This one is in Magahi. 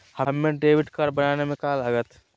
हमें डेबिट कार्ड बनाने में का लागत?